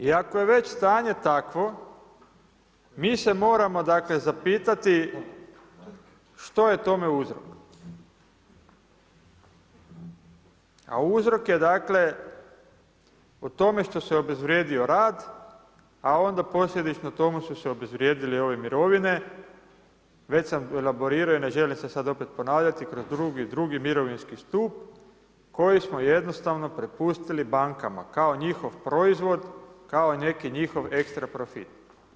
I ako je već stanje takvo, mi se moramo, dakle, zapitati što je tome uzrok, a uzrok je, dakle, u tome što se obezvrijedio rad, a onda posljedično tome su se obezvrijedile ove mirovine, već sam elaborirao i ne želim se sad opet ponavljati kroz drugi mirovinski stup koji smo jednostavno prepustili bankama kao njihov proizvod, kao neki njihov ekstra profit.